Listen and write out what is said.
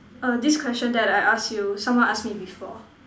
err this question that I asked you someone asked me before